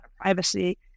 privacy